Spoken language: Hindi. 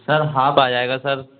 सर हाफ आ जाएगा सर